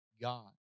God